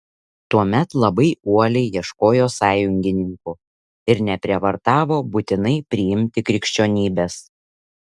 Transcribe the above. tuomet labai uoliai ieškojo sąjungininkų ir neprievartavo būtinai priimti krikščionybės